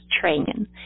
training